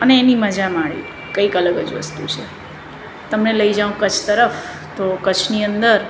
અને એની મજા માણવી કંઈક અલગ જ વસ્તુ છે તમને લઈ જાઉં કચ્છ તરફ તો કચ્છની અંદર